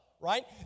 right